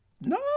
no